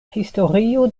historio